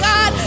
God